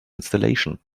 installation